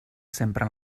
sempre